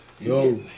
Yo